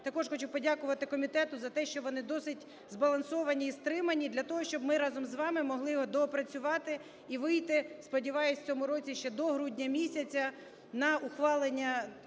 також хочу подякувати комітету за те, що вони досить збалансовані і стримані, для того щоб ми разом з вами могли його доопрацювати і вийти, сподіваюсь, у цьому році ще до грудня місяця на ухвалення